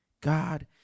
God